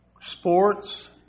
sports